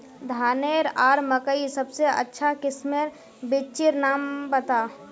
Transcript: धानेर आर मकई सबसे अच्छा किस्मेर बिच्चिर नाम बता?